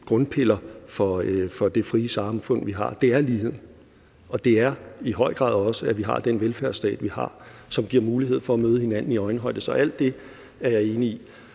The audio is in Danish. grundpiller for det frie samfund, vi har, er lighed, og at det i høj grad også er, at vi har den velfærdsstat, vi har, som giver os mulighed for at møde hinanden i øjenhøjde. Så alt det er jeg enig i.